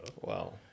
Wow